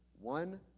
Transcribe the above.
one